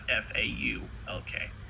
f-a-u-l-k